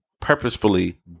purposefully